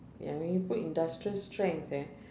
ya when you put industrial strength eh